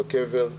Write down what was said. בקבר,